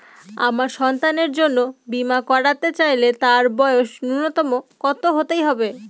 আমার সন্তানের জন্য বীমা করাতে চাইলে তার বয়স ন্যুনতম কত হতেই হবে?